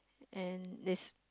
and this